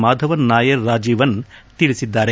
ಮಾಧವನ್ ನಾಯರ್ ರಾಜೀವನ್ ತಿಳಿಸಿದ್ದಾರೆ